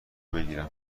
بگیرم